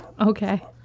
okay